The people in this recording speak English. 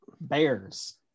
bears